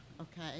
okay